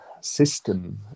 system